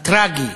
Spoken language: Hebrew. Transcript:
הטרגי,